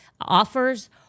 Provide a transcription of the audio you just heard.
offers